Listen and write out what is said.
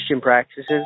practices